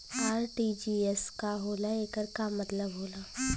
RTGS का होला एकर का मतलब होला?